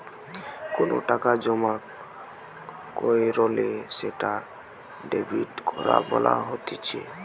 কোনো টাকা জমা কইরলে সেটা ডেবিট করা বলা হতিছে